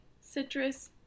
Citrus